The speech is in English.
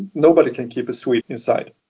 nobody can keep a swede inside